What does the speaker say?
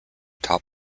top